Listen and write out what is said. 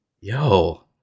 Yo